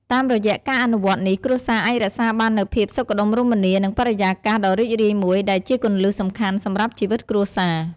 តាមរយៈការអនុវត្តនេះ គ្រួសារអាចរក្សាបាននូវភាពសុខដុមរមនា និងបរិយាកាសដ៏រីករាយមួយ ដែលជាគន្លឹះសំខាន់សម្រាប់ជីវិតគ្រួសារ។